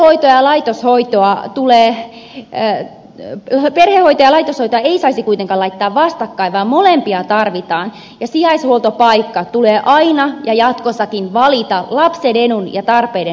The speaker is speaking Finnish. perhehoitoa ja laitoshoitoa ei saisi kuitenkaan laittaa vastakkain vaan molempia tarvitaan ja sijaishuoltopaikka tulee aina ja jatkossakin valita lapsen edun ja tarpeiden mukaan